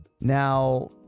Now